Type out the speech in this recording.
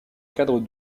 cadre